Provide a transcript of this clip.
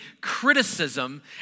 criticism